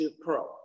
pro